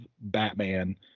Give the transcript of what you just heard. Batman